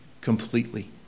completely